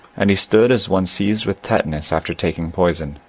and he stood as one seized with tetanus after taking poison.